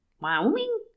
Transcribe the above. Wyoming